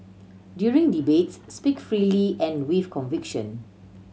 during debates speak freely and with conviction